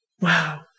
Wow